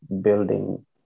building